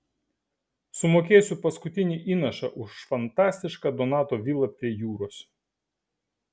sumokėsiu paskutinį įnašą už fantastišką donato vilą prie jūros